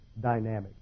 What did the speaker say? dynamic